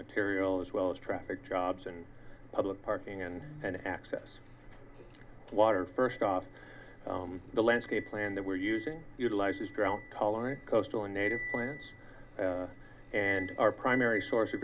materials as well as traffic jobs and public parking and an access to water first off the landscape plan that we're using utilizes drought tolerant coastal a native plants and our primary source of